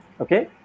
Okay